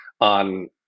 on